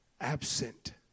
absent